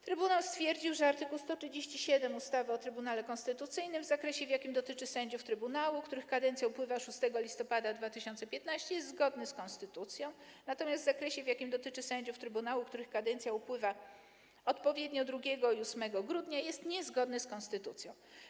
Trybunał stwierdził, że art. 137 ustawy o Trybunale Konstytucyjnym w zakresie, w jakim dotyczy sędziów trybunału, których kadencja upływa 6 listopada 2015 r., jest zgodny z konstytucją, natomiast w zakresie, w jakim dotyczy sędziów trybunału, których kadencja upływa odpowiednio 2 i 8 grudnia, jest niezgodny z konstytucją.